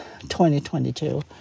2022